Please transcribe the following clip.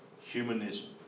humanism